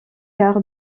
carr